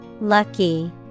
Lucky